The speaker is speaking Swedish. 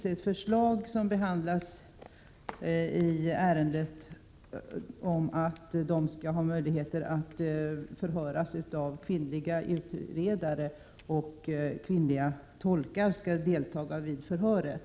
Ett förslag som behandlas i betänkandet går ut på att de skall få möjligheter att förhöras av kvinnliga utredare och att kvinnliga tolkar skall delta vid förhöret.